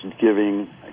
giving